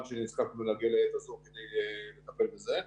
שנזקקנו להגיע לעת הזו כדי לטפל בזה.